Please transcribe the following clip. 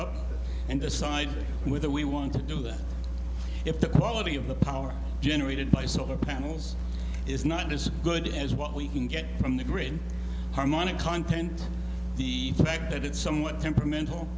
up and decide whether we want to do that if the quality of the power generated by solar panels is not as good as what we can get from the grid and harmonic content the fact that it's somewhat temperamental